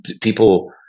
people